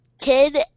kid